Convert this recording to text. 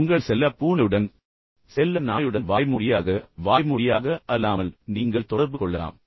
ஆனால் பின்னர் உங்கள் செல்லப் பூனையுடன் உங்கள் செல்ல நாயுடன் வாய்மொழியாக வாய்மொழியாக அல்லாமல் நீங்கள் தொடர்பு கொள்ளலாம்